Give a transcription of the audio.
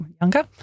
younger